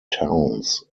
towns